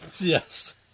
Yes